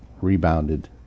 rebounded